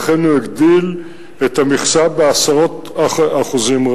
אכן הוא הגדיל את המכסה בעשרות רבות של אחוזים.